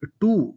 two